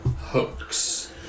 hooks